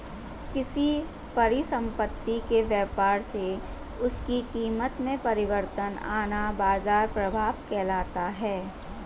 किसी परिसंपत्ति के व्यापार से उसकी कीमत में परिवर्तन आना बाजार प्रभाव कहलाता है